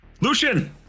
Lucian